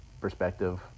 perspective